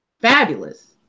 fabulous